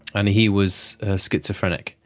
and he was schizophrenic.